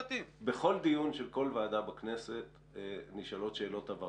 בכל דיון של כל ועדה בכנסת נשאלות שאלות הבהרה תוך כדי.